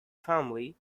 family